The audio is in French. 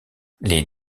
les